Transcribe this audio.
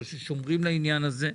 או ששומרים לעניין הזה.